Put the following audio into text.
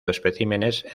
especímenes